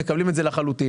מקבלים את זה לחלוטין.